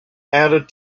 added